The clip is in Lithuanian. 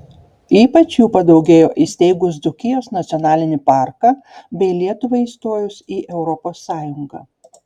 ypač jų padaugėjo įsteigus dzūkijos nacionalinį parką bei lietuvai įstojus į europos sąjungą